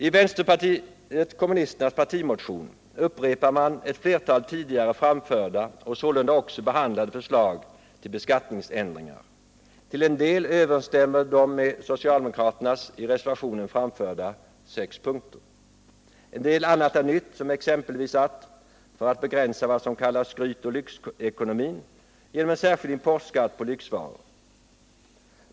I vänsterpartiet kommunisternas partimotion upprepas ett flertal tidigare framförda och sålunda också behandlade förslag till beskattningsändringar. Till en del överensstämmer de med socialdemokraternas i reservationen framförda sex punkter. En del annat är nytt som exempelvis att, för att begränsa vad som kallas ”skrytoch lyxekonomin”, införa en särskild importskatt på lyxvaror.